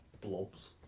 blobs